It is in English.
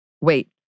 Wait